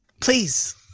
please